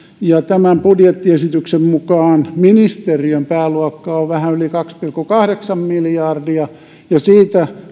ja tämän budjettiesityksen mukaan ministeriön pääluokka on vähän yli kaksi pilkku kahdeksan miljardia ja siitä